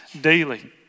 daily